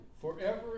forever